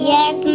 Yes